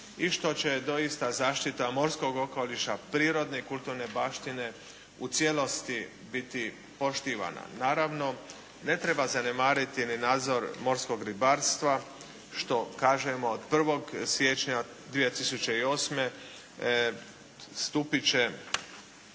i što će doista zaštita morskog okoliša prirodne i kulturne baštine u cijelosti biti poštivana. Naravno ne treba zanemariti niti nadzor morskog ribarstva, što kažem od 1. siječnja 2008. stupit